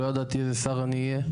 לא ידעתי איזה שר אני אהיה,